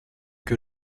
que